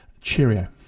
cheerio